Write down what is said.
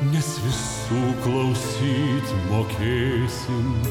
nes visų klausyt mokėsim